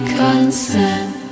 consent